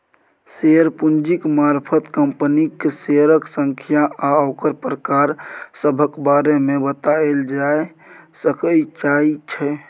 share पूंजीक मारफत कंपनीक शेयरक संख्या आ ओकर प्रकार सभक बारे मे बताएल जाए सकइ जाइ छै